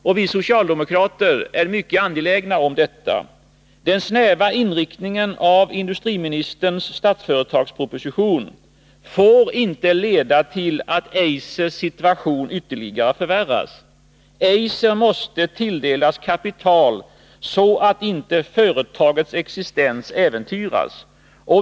Och vi socialdemokrater är mycket angelägna om detta: Den snäva inriktningen av industriministerns Statsföretagsproposition får inte leda till att Eisers situation ytterligare förvärras. Eiser måste tilldelas kapital så att inte företagets existens äventyras.